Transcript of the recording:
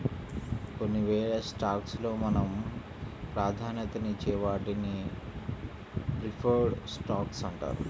కొన్నివేల స్టాక్స్ లో మనం ప్రాధాన్యతనిచ్చే వాటిని ప్రిఫర్డ్ స్టాక్స్ అంటారు